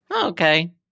Okay